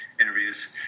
interviews